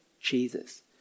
Jesus